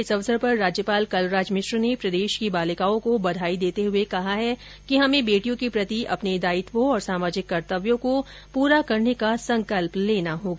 इस अवसर पर राज्यपाल कलराज मिश्र ने प्रदेश की बालिकाओं को बधाई देते हुए कहा है कि हमें बेटियों के प्रति अपने दायित्वों और सामाजिक कर्तव्यों को पूरा करने का संकल्प लेना होगा